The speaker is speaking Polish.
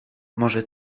może